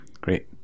Great